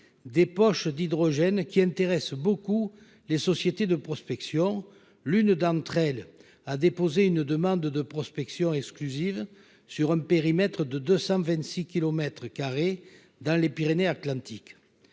des poches d'hydrogène qui intéressent beaucoup les sociétés de prospection. L'une d'entre elles a déposé une demande de prospection exclusive sur un périmètre de 226 kilomètres carrés dans les Pyrénées-Atlantiques.